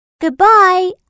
Goodbye